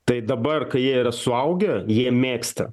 tai dabar kai jie yra suaugę jie mėgsta